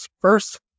First